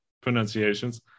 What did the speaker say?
pronunciations